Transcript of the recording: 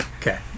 Okay